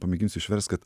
pamėginsiu išverst kad